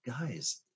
Guys